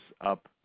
up